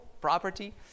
property